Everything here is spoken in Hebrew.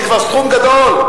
זה כבר סכום גדול,